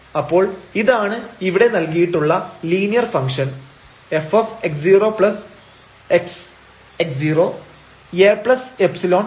അപ്പോൾ ഇതാണ് ഇവിടെ നൽകിയിട്ടുള്ള ലീനിയർ ഫംഗ്ഷൻ f Aϵ